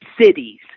cities